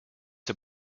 see